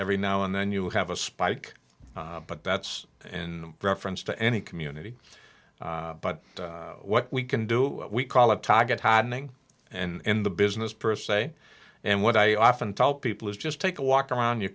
every now and then you have a spike but that's in reference to any community but what we can do we call it target had ning and the business per se and what i often tell people is just take a walk around you